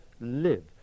live